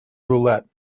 roulette